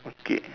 okay